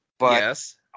yes